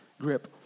grip